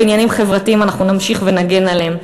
בעניינים חברתיים אנחנו נמשיך ונגן עליהם,